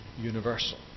universal